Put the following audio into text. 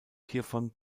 hiervon